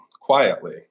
quietly